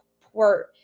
port